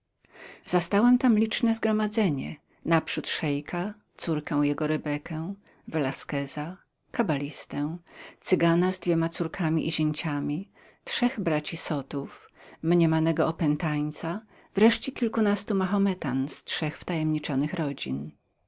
zastałem tam liczne zgromadzenie naprzód szeika córkę jego rebekę velasqueza kabalistę cygana z dwiema córkami i zięciami trzech braci zotów mniemanego opętańca wreszcie kilkunastu mahometanów z trzech wtajemniczonych rodzin